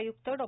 आयुक्त डॉ